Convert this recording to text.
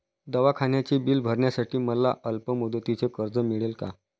दवाखान्याचे बिल भरण्यासाठी मला अल्पमुदतीचे कर्ज मिळेल का?